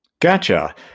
Gotcha